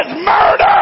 murder